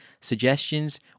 suggestions